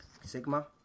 Sigma